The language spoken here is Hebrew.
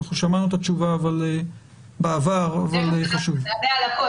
שמענו את התשובה בעבר וחשוב לשמוע אותה.